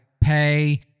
pay